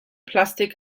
plastik